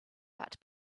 but